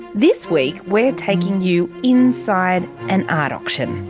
this week, we're taking you inside an art auction.